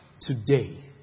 today